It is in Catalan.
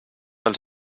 els